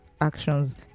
actions